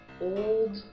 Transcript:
old